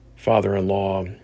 father-in-law